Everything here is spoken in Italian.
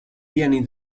piani